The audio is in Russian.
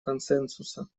консенсуса